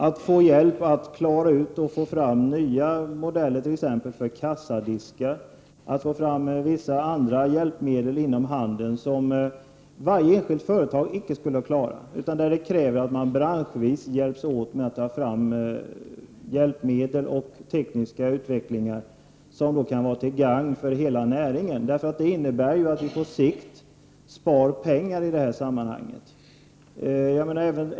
Det är t.ex. ett gemensamt intresse att få fram nya modeller för kassadiskar, att få fram vissa hjälpmedel och att få till stånd viss teknisk utveckling som varje enskilt företag inom handeln icke skulle klara att åtstadkomma själv utan där det krävs att man hjälps åt branschvis till gagn för hela näringen. Det innebär att vi på sikt spar pengar.